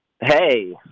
Hey